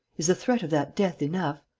is the threat of that death enough?